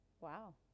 wow